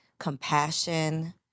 compassion